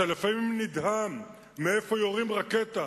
אתה לפעמים נדהם מאיפה יורים רקטה.